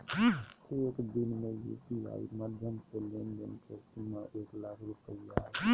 एक दिन में यू.पी.आई माध्यम से लेन देन के सीमा एक लाख रुपया हय